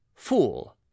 Fool